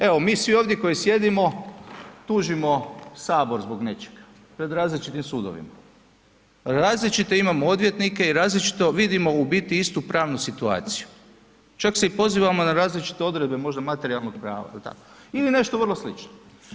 Evo mi svi ovdje koji sjedimo tužimo sabor zbog nečega pred različitim sudovima, različite imamo odvjetnike i različito vidimo u biti istu pravnu situaciju, čak se i pozivamo na različite odredbe možda materijalnog prava jel tako ili nešto vrlo slično.